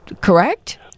correct